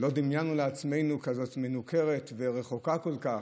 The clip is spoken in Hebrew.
לא דמיינו לעצמנו שהיא תהיה כזאת מנוכרת ורחוקה כל כך.